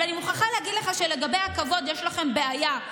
אבל אני מוכרחה להגיד לך שלגבי הכבוד יש לכם בעיה.